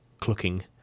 clucking